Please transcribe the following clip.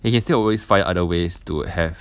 you can still always find other ways to have